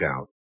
out